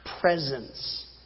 presence